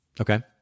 Okay